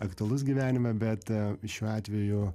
aktualus gyvenime bet šiuo atveju